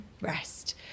Rest